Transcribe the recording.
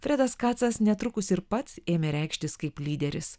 fredas kacas netrukus ir pats ėmė reikštis kaip lyderis